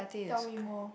tell me more